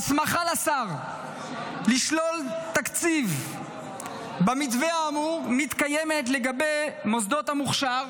ההסמכה לשר לשלול תקציב במתווה האמור מתקיימת הן לגבי מוסדות המוכש"ר,